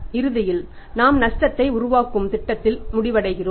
இறுதியில் நாம் நஷ்டத்தை உருவாக்கும் திட்டத்தில் முடிவடைகிறோம்